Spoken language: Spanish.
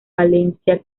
valencia